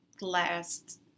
last